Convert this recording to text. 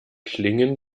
klingen